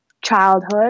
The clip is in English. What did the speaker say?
childhood